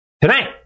tonight